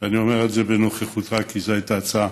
אני אומר את זה בנוכחותך, כי זאת הייתה הצעה